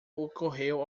ocorreu